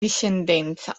discendenza